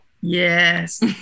Yes